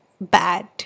bad